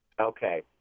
Okay